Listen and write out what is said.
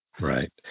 Right